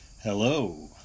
Hello